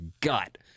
gut